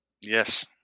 Yes